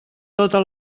tota